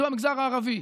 זה במגזר הערבי.